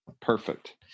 perfect